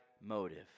motive